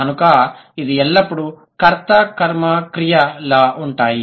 కనుక ఇది ఎల్లప్పుడూ కర్త కర్మ క్రియ లా ఉంటాయి